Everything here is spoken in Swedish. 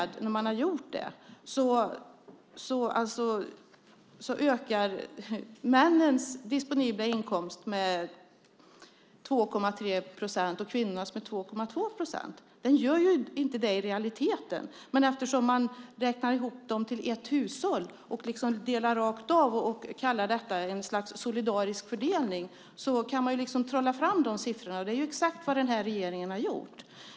Då ökar männens disponibla inkomst med 2,3 procent och kvinnornas med 2,2 procent. Den gör inte det i realiteten, men eftersom man räknar ihop dem till ett hushåll, delar rakt av och kallar detta ett slags solidarisk fördelning kan man trolla fram de siffrorna. Det är exakt vad regeringen har gjort.